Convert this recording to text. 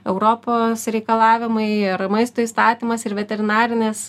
europos reikalavimai ir maisto įstatymas ir veterinarinės